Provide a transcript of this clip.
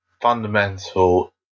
fundamental